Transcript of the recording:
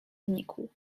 znikł